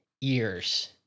years